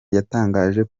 cyatangaje